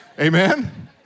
Amen